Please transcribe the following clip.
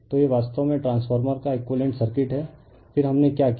तो यह वास्तव में ट्रांसफार्मर का एक़ुइवेलेन्ट सर्किट है फिर हमने क्या किया